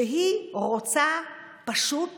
שרוצה פשוט